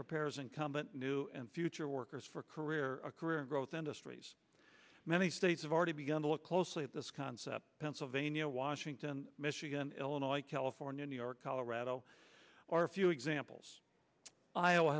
prepares incumbent new future workers for career career growth industries many states have already begun to look closely at this concept pennsylvania washington michigan illinois california new york colorado are a few examples iowa